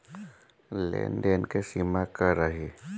लेन देन के सिमा का रही?